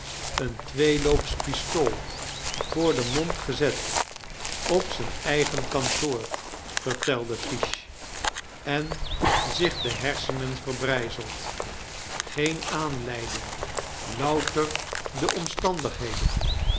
een tweeloops pistool voor den mond gezet op zijn eigen kantoor vartelde fish en zich de hersenein verbrijzeld geen aanleiding louter de omstandigheden